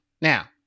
Now